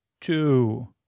two